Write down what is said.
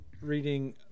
reading